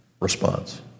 response